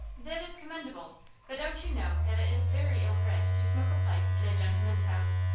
that is commendable but don't you know that it is very ill-bred to smoke a pipe in a gentleman's house?